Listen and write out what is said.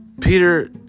Peter